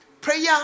prayer